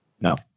No